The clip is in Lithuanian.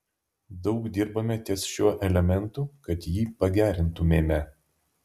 daug dirbame ties šiuo elementu kad jį pagerintumėme